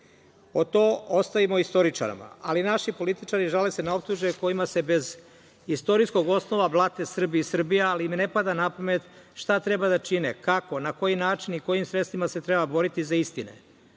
ostavimo istoričarima. Ali, naši političari žale se na optužbe kojima se bez istorijskog osnova blate Srbi i Srbija, ali im ne pada napamet šta treba da čine, kako, na koji način i kojim sredstvima se treba boriti za istine. Umesto